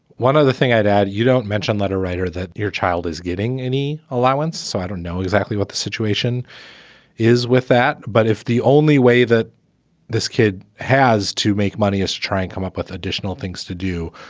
one other thing i'd add, you don't mention letter writer that your child is getting any allowance. so i don't know exactly what the situation is with that. but if the only way that this kid has to make money is to try and come up with additional things to do.